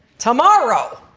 tomorrow.